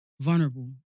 vulnerable